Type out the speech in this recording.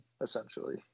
essentially